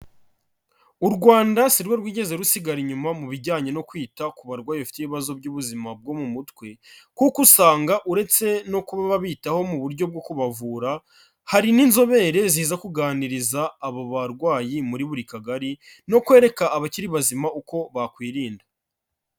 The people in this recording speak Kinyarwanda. U Rwanda si rwo rwigeze rusigara inyuma mu bijyanye no kwita ku barwayi bafite ibibazo by'ubuzima bwo mu mutwe kuko usanga uretse no kuba babitaho mu buryo bwo kubavura, hari n'inzobere ziza kuganiriza abo barwayi muri buri kagari no kwereka abakiri bazima uko bakwirinda.